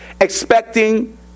expecting